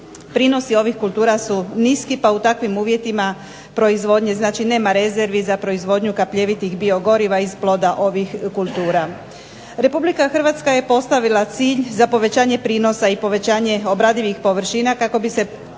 Prinosi ovih kultura su niski pa u takvim uvjetima proizvodnje znači nema rezervi za proizvodnju kapljevitih biogoriva iz ploda ovih kultura. Republika Hrvatska je postavila cilj za povećanje prinosa i povećanje obradivih površina kako bi se postigao